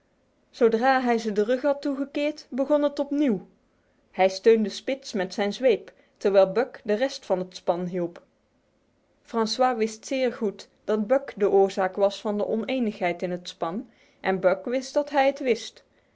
zodra hij hun de rug had toegekeerd begon het opnieuw hij steunde spitz met zijn zweep terwijl buck de rest van het span hielp francois wist zeer goed dat buck de oorzaak was van de onenigheid in het span en buck wist dat hij het wist